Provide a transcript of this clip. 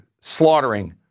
slaughtering